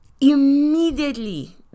immediately